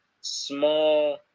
small